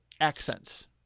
accents